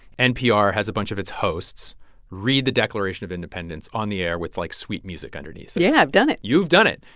npr has a bunch of its hosts read the declaration of independence on the air with, like, sweet music underneath? yeah, i've done it you've done it.